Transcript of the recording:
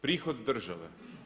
Prihod države.